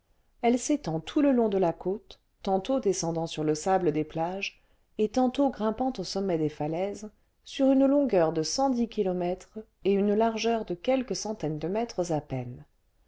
elle s'étend tout le long de la côte tantôt descendant sur le sable des plages et tantôt grimpant au sommet des falaises sur une longueur de cent dix kilomètres et une largeur de quelques centaines de mètres à peine